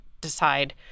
decide